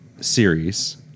series